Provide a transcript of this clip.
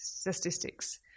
statistics